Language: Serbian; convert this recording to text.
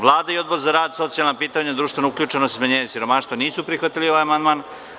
Vlada i Odbor za rad, socijalna pitanja, društvenu uključenost i smanjenje siromaštva nisu prihvatili amandman.